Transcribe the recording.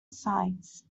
sides